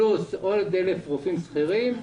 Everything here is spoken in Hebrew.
פלוס עוד 1,000 רופאים שכירים.